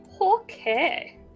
Okay